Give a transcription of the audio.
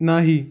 नाही